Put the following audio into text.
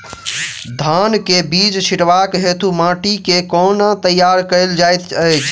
धान केँ बीज छिटबाक हेतु माटि केँ कोना तैयार कएल जाइत अछि?